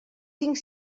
tinc